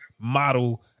model